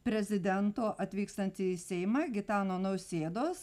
prezidento atvykstant į seimą gitano nausėdos